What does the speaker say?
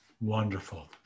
Wonderful